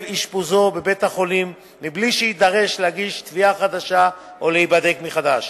אשפוזו בבית-החולים בלי שיידרש להגיש תביעה חדשה או להיבדק מחדש.